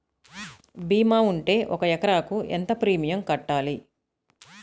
భీమా ఉంటే ఒక ఎకరాకు ఎంత ప్రీమియం కట్టాలి?